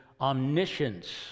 omniscience